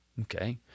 Okay